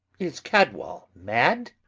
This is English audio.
is cadwal mad?